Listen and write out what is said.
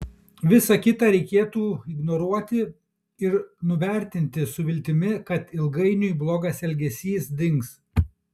visa kita reikėtų ignoruoti ir nuvertinti su viltimi kad ilgainiui blogas elgesys dings